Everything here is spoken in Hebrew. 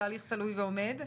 זה הליך תלוי ועומד,